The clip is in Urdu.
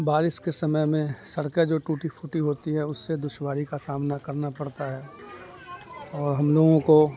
بارس کے سمے میں سرکیں جو ٹوٹی فوٹی ہوتی ہے اس سے دشواری کا سامنا کرنا پڑتا ہے اور ہم لوگوں کو